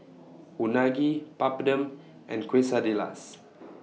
Unagi Papadum and Quesadillas